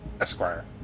Esquire